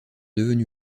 devenu